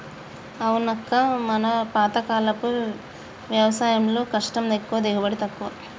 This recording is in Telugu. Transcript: అవునక్క మన పాతకాలపు వ్యవసాయంలో కష్టం ఎక్కువ దిగుబడి తక్కువ